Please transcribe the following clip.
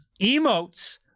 emotes